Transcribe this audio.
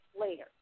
later